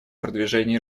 продвижении